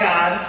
God